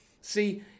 See